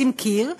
לשים קיר,